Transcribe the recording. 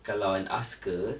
kalau an asker